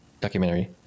documentary